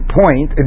point